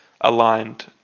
aligned